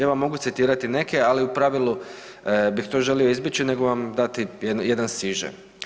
Ja vam mogu citirati neke, ali u pravilu bih to želio izbjeći nego vam dati jedan siže.